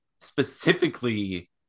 specifically